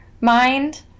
mind